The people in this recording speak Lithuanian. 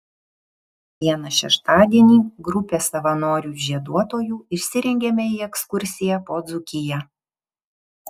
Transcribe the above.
vieną šeštadienį grupė savanorių žieduotojų išsirengėme į ekskursiją po dzūkiją